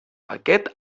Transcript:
paquet